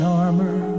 armor